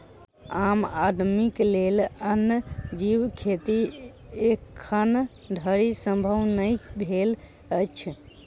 आम आदमीक लेल वन्य जीव खेती एखन धरि संभव नै भेल अछि